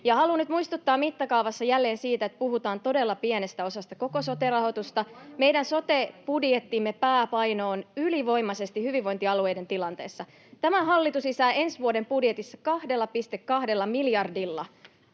Haluan nyt muistuttaa mittakaavassa jälleen siitä, että puhutaan todella pienestä osasta koko sote-rahoitusta. Meidän sote-budjettimme pääpaino on ylivoimaisesti hyvinvointialueiden tilanteessa. Tämä hallitus lisää ensi vuoden budjetissa 2,2 miljardilla